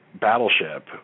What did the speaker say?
Battleship